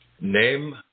Name